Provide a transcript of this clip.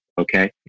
Okay